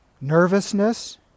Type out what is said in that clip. Nervousness